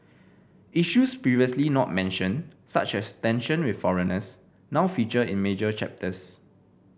issues previously not mentioned such as tension with foreigners now feature in major chapters